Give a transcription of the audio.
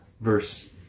verse